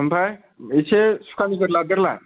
ओमफ्राय एसे सुखा गिदिर लादेरला